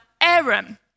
Aaron